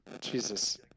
Jesus